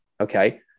Okay